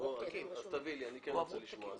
אני רוצה לשמוע כי